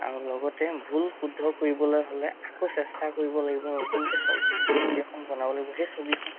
আৰু লগতে ভুল শুদ্ধ কৰিবলৈ হ'লে আকৌ চেষ্টা কৰিব লাগিব নতুনকৈ ছ ছবি এখন বনাব লাগিব সেই ছবিখন